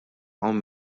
hawn